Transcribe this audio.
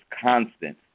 constant